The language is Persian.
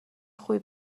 خوبی